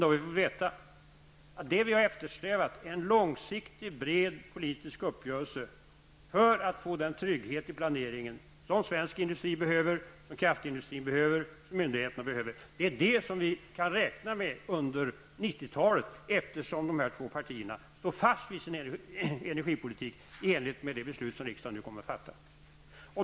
Därmed får vi veta att det vi eftersträvat -- en långsiktig och bred politisk uppgörelse för att få den trygghet i planeringen som svensk industri behöver, som kraftindustrin behöver och som myndigheterna behöver -- kan vi räkna med under 90-talet, eftersom dessa två partier står fast vid sin energipolitik enligt det beslut som riksdagen nu kommer att fatta.